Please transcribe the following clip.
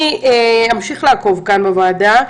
אני אמשיך לעקוב כאן בוועדה.